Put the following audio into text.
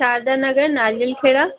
Sharda Nagar Nariyal Kheda